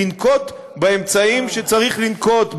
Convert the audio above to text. לנקוט את האמצעים שצריך לנקוט,